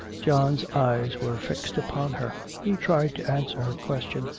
john's eyes were fixed upon her. he tried to answer her question,